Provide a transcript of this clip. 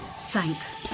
Thanks